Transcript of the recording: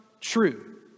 true